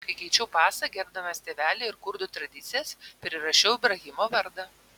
kai keičiau pasą gerbdamas tėvelį ir kurdų tradicijas prirašiau ibrahimo vardą